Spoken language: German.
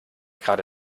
gerade